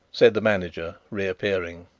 said the manager, reappearing.